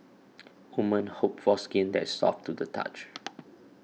women hope for skin that is soft to the touch